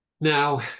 Now